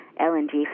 LNG